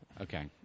Okay